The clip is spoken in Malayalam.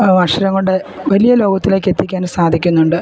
അക്ഷരങ്ങളുടെ വലിയ ലോകത്തിലേക്ക് എത്തിക്കാൻ സാധിക്കുന്നുണ്ട്